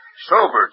Sobered